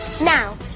now